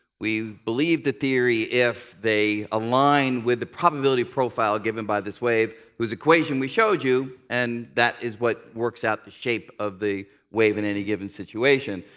we believe the theory if they align with the probability profile given by this wave, whose equation we showed you, and that is what works out the shape of the wave in any given situation.